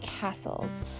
castles